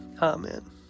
Amen